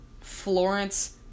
Florence